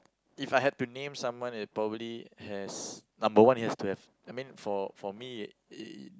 if I had to name someone it probably has number one it has to have I mean for for me it